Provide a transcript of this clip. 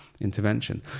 intervention